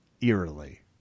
eerily